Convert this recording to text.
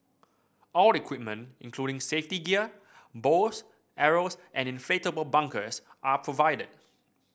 all equipment including safety gear bows arrows and inflatable bunkers are provided